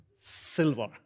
silver